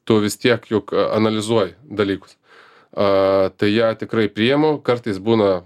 tu vis tiek juk analizuoji dalykus a tai ją tikrai priimu kartais būna